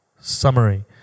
Summary